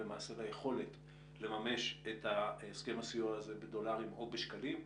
ליכולת לממש את הסכם הסיוע הזה בדולרים או שקלים,